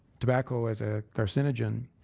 tobacco as a carcinogen,